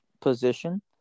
position